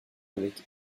avec